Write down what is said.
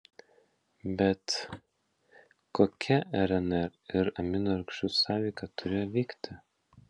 bet kokia rnr ir aminorūgščių sąveika turėjo vykti